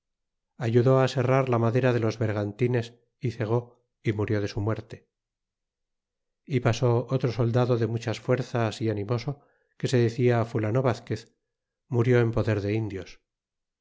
gallegos ayudó aserrar la madera de los bergantines é cegó é murió de su muerte e pasó otro soldado de muchas fuerzas é animoso que se decia fulano vazquez murió en poder de indios